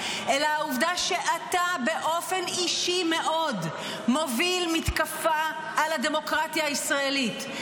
אלא העובדה שאתה באופן אישי מאוד מוביל מתקפה על הדמוקרטיה הישראלית,